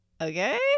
okay